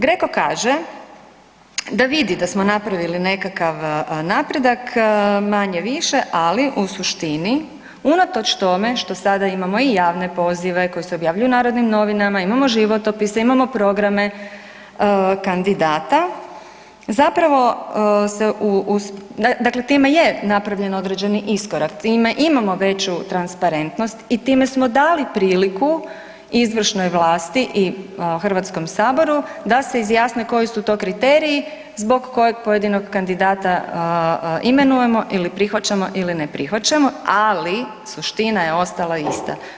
GRECO kaže da vidi da smo napravili nekakav napredak manje-više, ali u suštini unatoč tome što sada imao i javne pozive koji se objavljuju u Narodnim novinama, imao životopise, imamo programe kandidata, zapravo se, dakle time je napravljen određeni iskorak, time imamo veću transparentnost i time smo dali priliku izvršnoj vlasti i Hrvatskom saboru da se izjasne koji su to kriteriji zbog kojeg pojedinog kandidata imenujemo ili prihvaćamo ili ne prihvaćamo, ali suština je ostala ista.